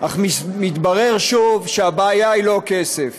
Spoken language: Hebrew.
אך מתברר שוב שהבעיה היא לא כסף,